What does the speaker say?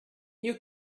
you